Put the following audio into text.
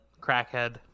crackhead